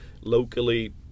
Locally